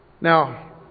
Now